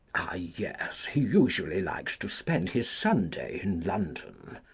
ah yes, he usually likes to spend his sunday in london.